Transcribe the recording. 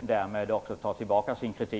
därmed också tillbaka sin kritik.